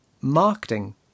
marketing